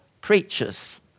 preachers